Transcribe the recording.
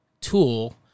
tool